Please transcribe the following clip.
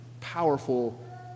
powerful